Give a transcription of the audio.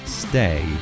stay